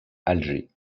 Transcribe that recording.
alger